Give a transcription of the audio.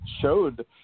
showed